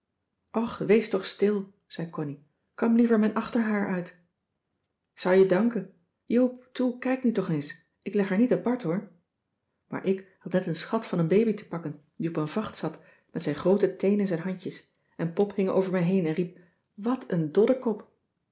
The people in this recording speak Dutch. och wees toch stil zei connie kam liever mijn achterhaar uit k zou je danken joop toe kijk nu toch eens ik leg haar niet apart hoor maar ik had net een schat van een baby te pakken die op een vacht zat met zijn grooten teen in zijn handjes en pop hing over me heen en riep wat